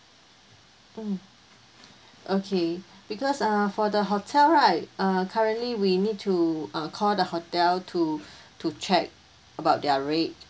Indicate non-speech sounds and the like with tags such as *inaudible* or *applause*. mm okay because uh for the hotel right uh currently we need to uh call the hotel to *breath* to check about their rate